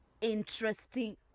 interesting